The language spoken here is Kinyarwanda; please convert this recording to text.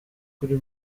kuri